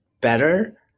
better